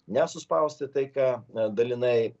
nesuspausti tai ką dalinai